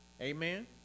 Amen